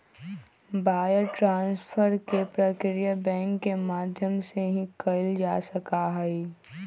wire transfer के प्रक्रिया bank के माध्यम से ही कइल जा सका हई